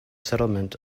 settlement